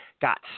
got